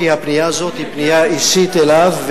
כי הפנייה הזאת היא פנייה אישית אליו,